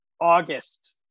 August